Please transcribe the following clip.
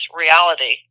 reality